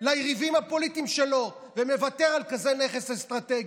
ליריבים הפוליטיים שלו ומוותר על כזה נכס אסטרטגי.